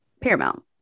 paramount